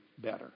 better